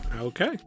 Okay